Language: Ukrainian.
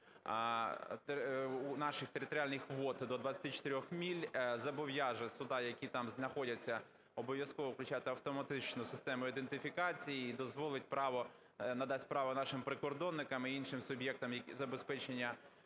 наших територіальних вод до 24 миль, зобов'яже судна, які там знаходяться, обов'язково включати автоматичну систему ідентифікації і дозволить право… надасть право нашим прикордонникам і іншим суб'єктам з забезпечення